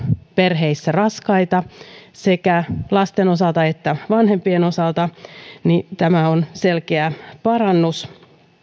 perheissä raskaita sekä lasten osalta että vanhempien osalta tämä on selkeä parannus